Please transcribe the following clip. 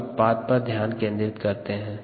अब उत्पाद पर ध्यान केंद्रित करते हैं